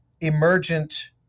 emergent